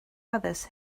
others